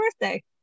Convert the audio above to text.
birthday